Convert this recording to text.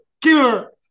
killer